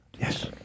Yes